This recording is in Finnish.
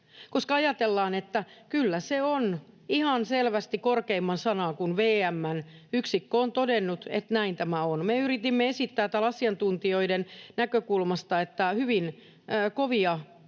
koska ajatellaan, että kyllä se on ihan selvästi korkeimman sanaa, kun VM:n yksikkö on todennut, että näin tämä on. Me yritimme esittää täällä asiantuntijoiden näkökulmasta, että hyvin kovia